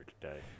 today